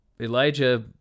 Elijah